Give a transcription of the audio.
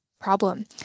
problem